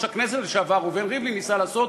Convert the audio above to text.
הכנסת לשעבר ראובן ריבלין ניסה לעשות,